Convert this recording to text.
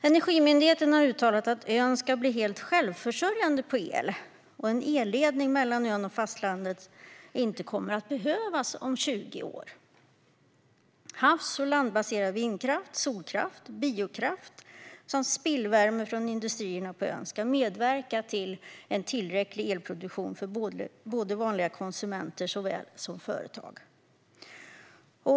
Energimyndigheten har uttalat att ön ska bli helt självförsörjande på el och att en elledning mellan ön och fastlandet inte kommer att behövas om 20 år. Havs och landbaserad vindkraft, solkraft och biokraft som spillvärme från industrierna på ön ska medverka till en tillräcklig elproduktion för både vanliga konsumenter och företag.